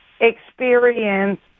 experience